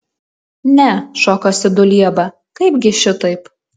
ne šokasi dulieba kaipgi šitaip